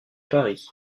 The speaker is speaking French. paris